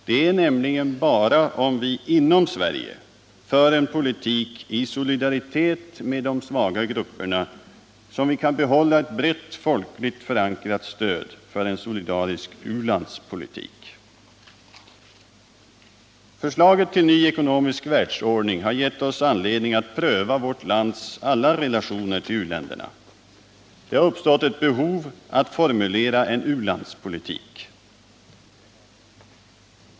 Det är nämligen bara om vi inom Sverige för en politik i solidaritet med de svaga grupperna som vi kan behålla ett brett folkligt förankrat stöd för en solidarisk u-landspolitik. Förslaget till ny ekonomisk världsordning har givit oss anledning att pröva vårt lands alla relationer till u-länderna. Det har uppstått ett behov att formulera en u-landspolitik.